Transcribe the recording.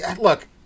Look